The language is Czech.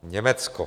Německo.